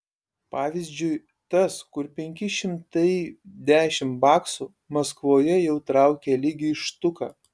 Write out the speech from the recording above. pavyzdžiui tas kur penki šimtai dešimt baksų maskvoje jau traukia lygiai štuką